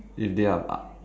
if they are